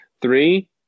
three